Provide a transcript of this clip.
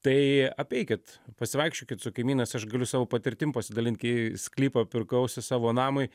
tai apeikit pasivaikščiokit su kaimynais aš galiu savo patirtim pasidalint kai sklypą pirkausi savo namui